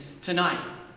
tonight